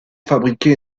fabriquer